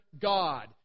God